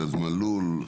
ארז מלול,